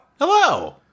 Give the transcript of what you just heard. Hello